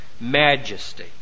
majesty